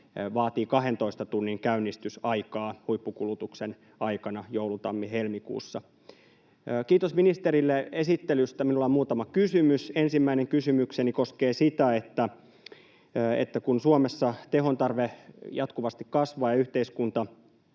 vaatii 12 tunnin käynnistysaikaa huippukulutuksen aikana joulu—tammi—helmikuussa. Kiitos ministerille esittelystä. Minulla on muutama kysymys. Ensimmäinen kysymykseni koskee sitä, että kun Suomessa tehon tarve jatkuvasti kasvaa ja yhteiskunta